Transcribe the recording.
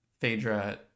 phaedra